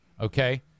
okay